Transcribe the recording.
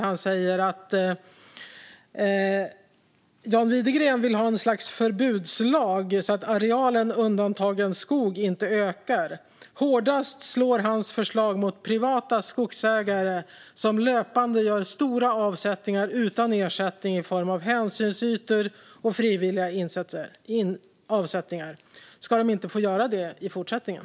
Han säger: "Han vill ha någon sorts förbudslag så att arealen undantagen skog inte ökar. Hårdast slår hans förslag mot privata skogsägare som löpande gör stora avsättningar utan ersättning i form av hänsynsytor och frivilliga avsättningar. Ska de inte få göra det i fortsättningen?"